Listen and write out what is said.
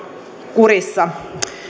kurissa